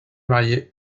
marié